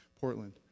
Portland